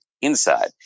inside